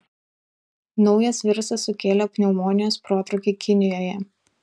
naujas virusas sukėlė pneumonijos protrūkį kinijoje